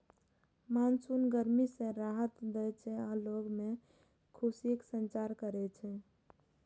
monsoon गर्मी सं राहत दै छै आ लोग मे खुशीक संचार करै छै